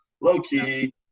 low-key